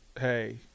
Hey